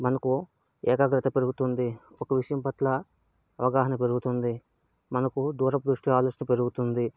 మనకు ఏకాగ్రత పెరుగుతుంది ఒక విషయం పట్ల అవగాహన పెరుగుతుంది మనకు దూరపుదృష్టి ఆలోచన పెరుగుతుంది